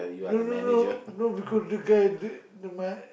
no no no no because the guy date the my